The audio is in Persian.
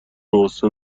غصه